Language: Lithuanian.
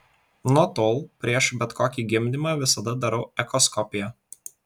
nuo tol prieš bet kokį gimdymą visada darau echoskopiją